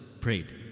prayed